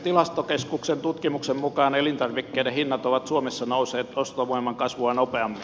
tilastokeskuksen tutkimuksen mukaan elintarvikkeiden hinnat ovat suomessa nousseet ostovoiman kasvua nopeammin